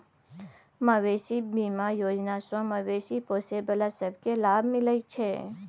मबेशी बीमा योजना सँ मबेशी पोसय बला सब केँ लाभ मिलइ छै